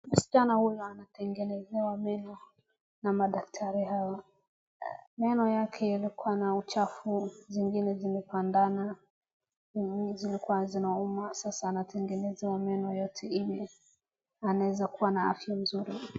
Msichana huyu anatengenezewa meno na madaktari hawa. Meno yake yalikuwa na uchafu zingine zimepandana. Zilkua zinauma sasa anatengezewa meno yote ili anaeza kuwa na afya nzuri.